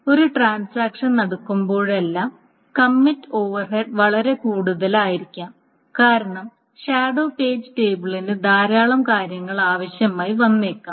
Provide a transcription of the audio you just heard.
ഒരു ട്രാൻസാക്ഷൻ നടക്കുമ്പോഴെല്ലാം commit overhead വളരെ കൂടുതലായിരിക്കാം കാരണം ഷാഡോ പേജ് ടേബിളിന് ധാരാളം കാര്യങ്ങൾ ആവശ്യമായി വന്നേക്കാം